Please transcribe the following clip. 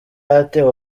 atewe